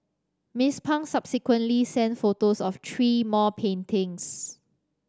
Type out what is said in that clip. Miss Pang subsequently sent photos of three more paintings